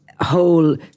whole